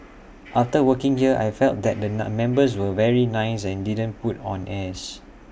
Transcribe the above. after working here I felt that the nun members were very nice and didn't put on airs